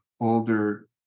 older